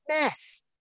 mess